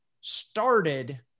started